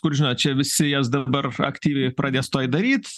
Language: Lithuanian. kur žinot čia visi jas dabar aktyviai pradės tuoj daryt